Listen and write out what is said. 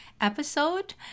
episode